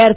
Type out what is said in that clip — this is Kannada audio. ಆರ್